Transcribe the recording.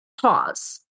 pause